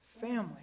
family